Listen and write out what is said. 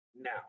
now